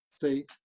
faith